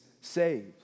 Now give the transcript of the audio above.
saved